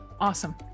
Awesome